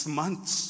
months